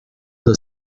the